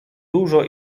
dużo